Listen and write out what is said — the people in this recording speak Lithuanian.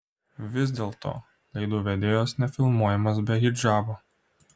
vis dėlto laidų vedėjos nefilmuojamos be hidžabo